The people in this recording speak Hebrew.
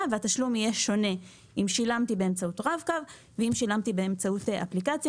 והתשלום יהיה שונה בין הרב קו לתשלום באמצעות האפליקציה.